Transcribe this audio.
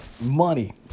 money